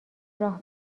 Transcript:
راه